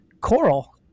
Coral